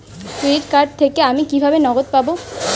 Credit card থেকে আমি কিভাবে নগদ পাব?